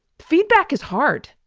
feedback is hard.